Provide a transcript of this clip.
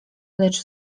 lecz